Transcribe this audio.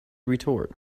retort